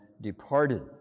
departed